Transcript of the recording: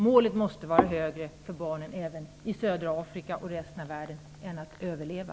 Målet måste vara högre för barnen även i södra Afrika och resten av världen än att överleva.